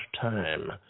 time